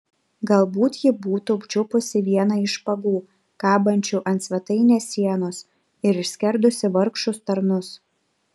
galbūt ji būtų čiupusi vieną iš špagų kabančių ant svetainės sienos ir išskerdusi vargšus tarnus